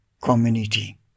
community